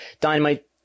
dynamite